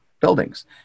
buildings